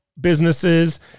businesses